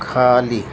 खाली